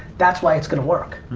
that's why it's gonna work.